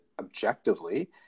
objectively